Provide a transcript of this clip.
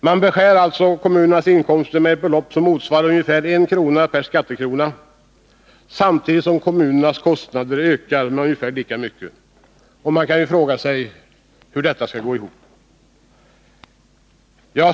Man beskär alltså kommunernas inkomster med ett belopp som motsvarar ungefär en krona per skattekrona, samtidigt som kommunernas kostnader ökar med ungefär lika mycket. Man kan ju fråga sig hur detta skall gå ihop.